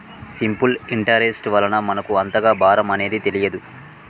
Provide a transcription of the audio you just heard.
simple interest వలన మనకు అంతగా భారం అనేది తెలియదు